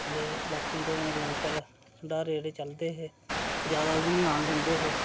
ते बाकी उं'दे ताईं लंगर भंडारे जेह्ड़े चलदे हे ज्यादा उब्बी ने आन दिंदे हे